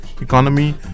economy